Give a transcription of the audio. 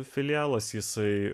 filialas jisai